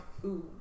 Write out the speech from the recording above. food